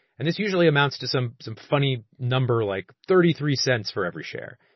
and this usually amounts to some some funny number like thirty three cents for every share.